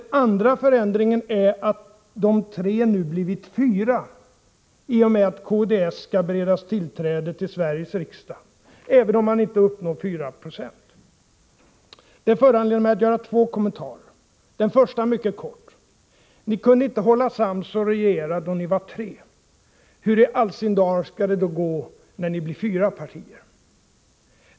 Den andra förändringen är att de tre nu blivit fyra i och med att kds skall beredas tillträde till Sveriges riksdag, även om partiet inte uppnår 4 90. Det föranleder mig att göra två kommentarer. Den första mycket kort: Ni kunde inte hålla sams och regera då ni var tre. Hur i all sin dar skall det då gå när ni blir fyra partier?